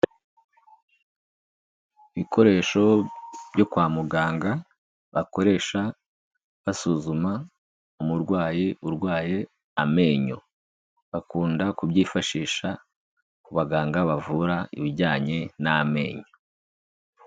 Ibikoresho byo kwa muganga, bakoresha, basuzuma, umurwayi urwaye amenyo. Bakunda kubyifashisha ku baganga bavura ibijyanye n'amenyo.